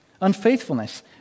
Unfaithfulness